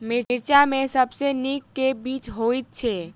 मिर्चा मे सबसँ नीक केँ बीज होइत छै?